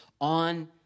on